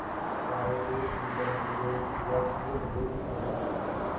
गायेर एक लीटर दूधेर कीमत की होबे चही?